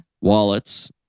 Wallets